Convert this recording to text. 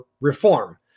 reform